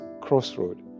crossroad